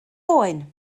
oen